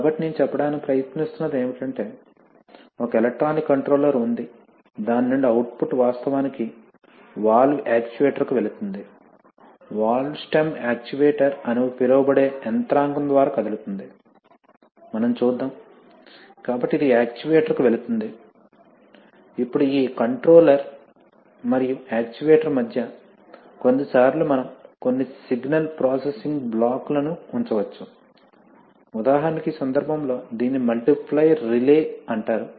కాబట్టి నేను చెప్పడానికి ప్రయత్నిస్తున్నది ఏమిటంటే ఒక ఎలక్ట్రానిక్ కంట్రోలర్ ఉంది దాని నుండి అవుట్పుట్ వాస్తవానికి వాల్వ్ యాక్చుయేటర్కు వెళుతుంది వాల్వ్ స్టెమ్ యాక్చుయేటర్ అని పిలువబడే యంత్రాంగం ద్వారా కదులుతోంది మనం చూద్దాం కాబట్టి ఇది యాక్చుయేటర్కి వెళుతోంది ఇప్పుడు ఈ కంట్రోలర్ మరియు యాక్చుయేటర్ మధ్య కొన్నిసార్లు మనం కొన్ని సిగ్నల్ ప్రాసెసింగ్ బ్లాక్ లను ఉంచవచ్చు ఉదాహరణకు ఈ సందర్భంలో దీనిని మల్టీప్లైర్ రిలే అంటారు